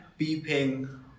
beeping